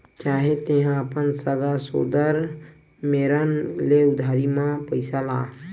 चाहे तेंहा अपन सगा सोदर मेरन ले उधारी म पइसा ला